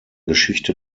geschichte